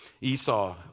Esau